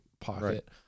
pocket